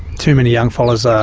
too many young fellas ah